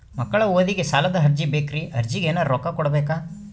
ಮಕ್ಕಳ ಓದಿಗಿ ಸಾಲದ ಅರ್ಜಿ ಬೇಕ್ರಿ ಅರ್ಜಿಗ ಎನರೆ ರೊಕ್ಕ ಕೊಡಬೇಕಾ?